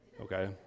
Okay